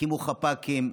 הקימו חפ"קים,